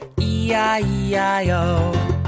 E-I-E-I-O